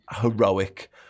heroic